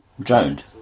drowned